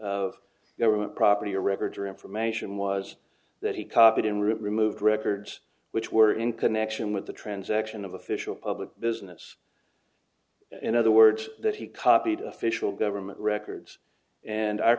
of government property or records or information was that he copied and removed records which were in connection with the transaction of official public business in other words that he copied official government records and our